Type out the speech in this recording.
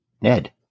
ned